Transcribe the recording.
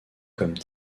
comme